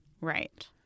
Right